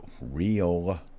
real